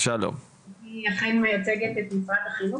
אני אכן מייצגת את משרד החינוך,